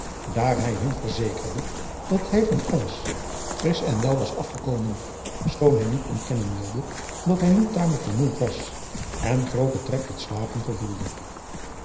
daar hij hun verzekerde dat hij van alles fisch en wel was afgekomen schoon hij niet ontkennen wilde dat hij nu tamelijk vermoeid was en gooten trek tot slapen gevoelde